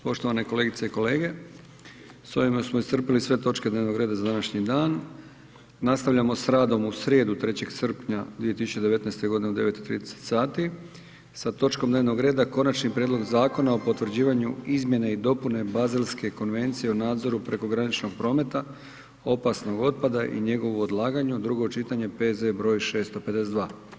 Poštovane kolegice i kolege, s ovime smo iscrpili sve točke dnevnog reda za današnji dan, nastavljamo sa radom u srijedu 3. srpnja 2019. godine u 9,30h sa točkom dnevnog reda Konačni prijedlog zakona o potvrđivanju Izmjene i dopune Baselske konvencije o nadzoru prekograničkog prometa, opasnog otpada i njegovu odlaganju, drugo čitanje, P.Z. br. 652.